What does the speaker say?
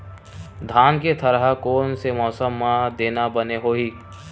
धान के थरहा कोन से मौसम म देना बने होही?